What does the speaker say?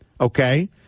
Okay